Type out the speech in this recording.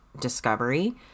discovery